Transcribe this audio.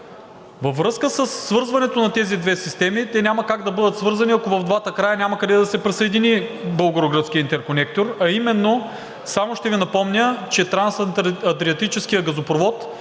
Във връзка със свързването на тези две системи, те няма как да бъдат свързани, ако в двата края няма къде да се присъедини българо-гръцкият интерконектор, а именно само ще Ви напомня, че Трансадриатическият газопровод